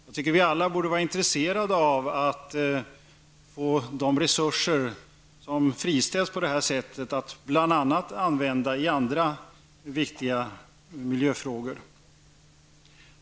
Jag tycker att vi alla borde vara intresserade av att de resurser som på detta sätt friställs används för andra viktiga miljöåtgärder.